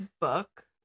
book